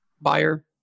buyer